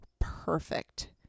perfect